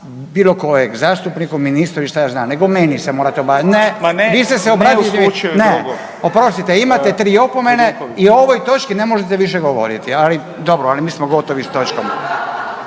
bilo kojeg, zastupniku, ministru i šta ja znam, nego meni se morate, ne. .../Upadica se ne čuje./... Vi ste se obratili, ne. Oprostite, imate 3 opomene i ovoj točki ne možete više govoriti, ali, dobro, ali mi smo gotovi s točkom.